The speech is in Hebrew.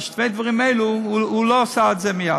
ושני דברים האלה הוא לא עשה את זה מייד?